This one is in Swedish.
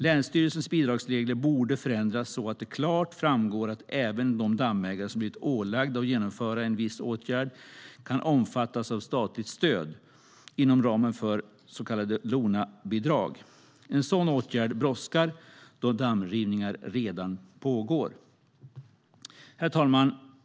Länsstyrelsernas bidragsregler borde förändras så att det klart framgår att även de dammägare som har blivit ålagda att genomföra en viss åtgärd kan omfattas av statligt stöd inom ramen för så kallade LONA-bidrag. En sådan åtgärd brådskar då dammrivningar redan pågår. Herr talman!